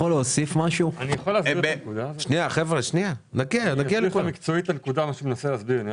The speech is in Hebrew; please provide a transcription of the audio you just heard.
זאת הנקודה שאני מנסה להסביר.